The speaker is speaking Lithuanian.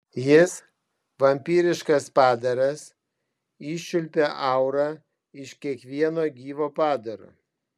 jis vampyriškas padaras iščiulpia aurą iš kiekvieno gyvo padaro